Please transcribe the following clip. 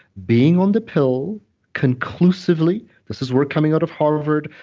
being on the pill conclusively, this is word coming out of harvard,